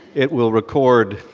it will record